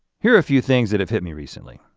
here are a few things that have hit me recently.